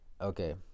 Okay